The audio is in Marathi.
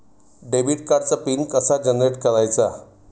डेबिट कार्डचा पिन कसा जनरेट करायचा?